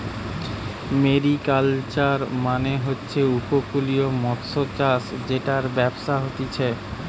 mariculture মানে হচ্ছে উপকূলীয় মৎস্যচাষ জেটার ব্যবসা হতিছে